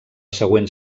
següent